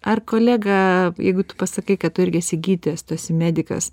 ar kolega jeigu tu pasakai kad tu irgi esi gydytojas tu esi medikas